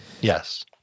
Yes